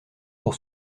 pour